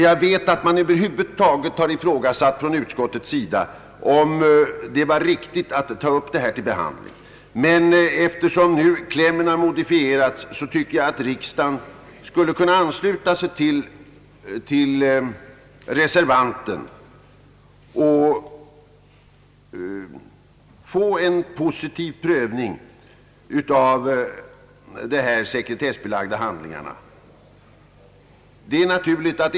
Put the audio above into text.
Jag vet att utskottet har ifrågasatt det riktiga i att över huvud ta upp frågan till behandling. Men eftersom nu yrkandet har modifierats, tycker jag riksdagen skulle kunna ansluta sig till reservanten och försöka få en positiv prövning av frågan om de här sekretessbelagda handlingarna.